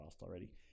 Already